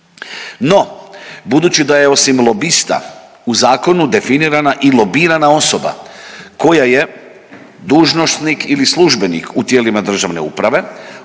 No, budući da je osim lobista u zakonu definirana i lobirana osoba koja je dužnosnik ili službenik u tijelima državne uprave